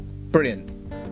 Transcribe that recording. brilliant